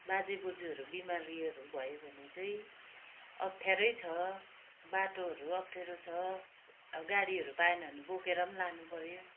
बाजे बोजुहरू बिमारीहरू भयो भने चाहिँ अप्ठ्यारै छ बाटोहरू अप्ठ्यारो छ अब गाडीहरू पाएन भने बोकेर पनि लानुपऱ्यो